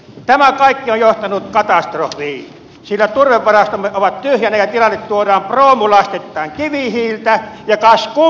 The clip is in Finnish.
tämä kaikki on johtanut katastrofiin sillä turvevarastomme ovat tyhjinä ja tilalle tuodaan proomulasteittain kivihiiltä ja kas kummaa